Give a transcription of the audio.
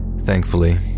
Thankfully